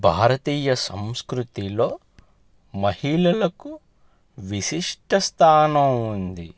భారతీయ సంస్కృతిలో మహిళలకు విశిష్ట స్థానం ఉంది